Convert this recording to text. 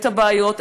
את הבעיות,